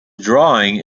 drawing